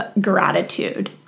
gratitude